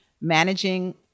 managing